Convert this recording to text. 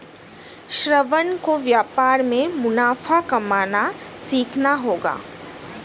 श्रवण को व्यापार में मुनाफा कमाना सीखना होगा